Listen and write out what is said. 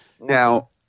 now